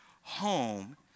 home